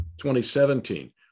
2017